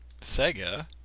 Sega